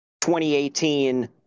2018